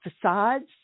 facades